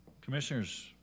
Commissioners